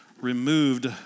removed